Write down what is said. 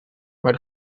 maar